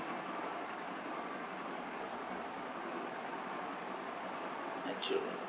their children